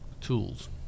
tools